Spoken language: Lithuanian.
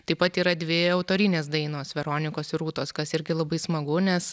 taip pat yra dvi autorinės dainos veronikos ir rūtos kas irgi labai smagu nes